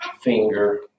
Finger